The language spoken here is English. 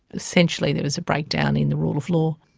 essentially there was a breakdown in the rule of law,